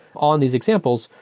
on these examples,